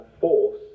force